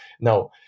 Now